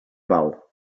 bau